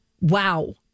wow